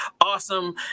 awesome